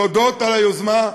ולהודות על היוזמה.